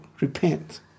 repent